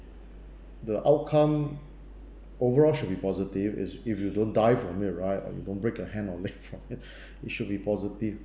the outcome overall should be positive is if you don't die from it right or you don't break a hand or leg it should be positive